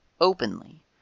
openly